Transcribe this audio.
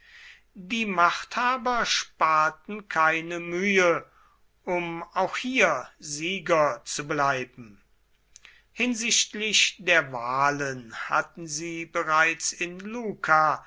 die machthaber sparten keine mühe um auch hier sieger zu bleiben hinsichtlich der wahlen hatten sie bereits in luca